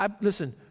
Listen